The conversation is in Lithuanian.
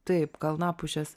taip kalnapušės